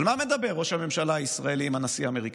על מה מדבר ראש הממשלה הישראלי עם הנשיא האמריקני?